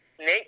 Nate